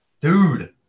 dude